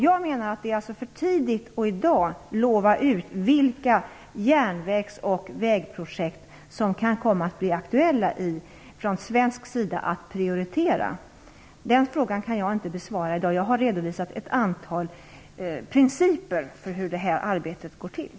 Jag menar att det är för tidigt att i dag ge löften om vilka järvägs och vägprojekt som det från svensk sida kan komma att bli aktuellt att prioritera. Den frågan kan jag inte besvara i dag. Jag har redovisat ett antal principer för hur det här arbetet går till.